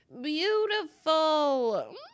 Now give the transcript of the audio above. beautiful